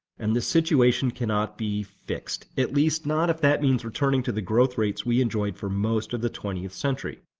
and the situation cannot be fixed, at least, not if that means returning to the growth rates we enjoyed for most of the twentieth century.